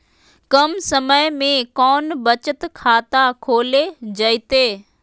कम समय में कौन बचत खाता खोले जयते?